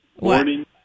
morning